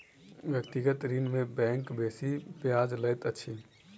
व्यक्तिगत ऋण में बैंक बेसी ब्याज लैत अछि